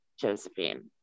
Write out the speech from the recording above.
Josephine